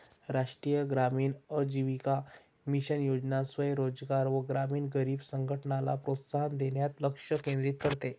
राष्ट्रीय ग्रामीण आजीविका मिशन योजना स्वयं रोजगार व ग्रामीण गरीब संघटनला प्रोत्साहन देण्यास लक्ष केंद्रित करते